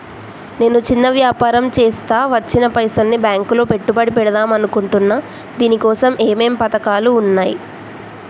నేను చిన్న వ్యాపారం చేస్తా వచ్చిన పైసల్ని బ్యాంకులో పెట్టుబడి పెడదాం అనుకుంటున్నా దీనికోసం ఏమేం పథకాలు ఉన్నాయ్?